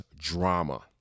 drama